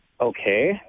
Okay